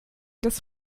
das